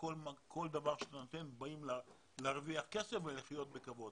כל דבר שאתה נותן באים להרוויח כסף ולחיות בכבוד.